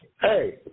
Hey